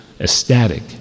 ecstatic